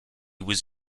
was